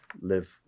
live